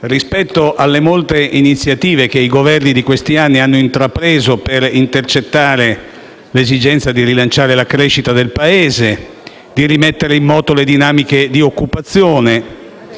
rispetto alle molte iniziative che i Governi di questi anni hanno intrapreso per intercettare l'esigenza di rilanciare la crescita del Paese e di rimettere in moto le dinamiche di occupazione